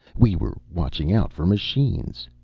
we were watching out for machines.